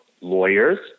lawyers